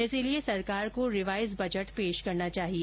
इसलिए सरकार को रिवाइज बजट पेश करना चाहिए